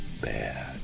bad